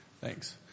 Thanks